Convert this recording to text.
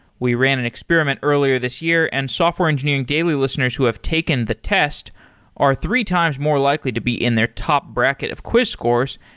we ran an experiment earlier this year and software engineering daily listeners who have taken the test are three times more likely to be in their top bracket of quiz scores.